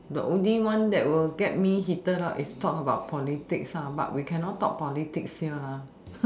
but only one that will get me heated up is talk about politics but we cannot talk politics here